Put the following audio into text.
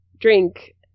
drink